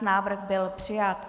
Návrh byl přijat.